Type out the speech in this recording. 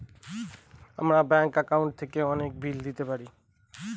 আমরা bank account থেকে অনেক বিল দিতে পারি